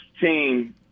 team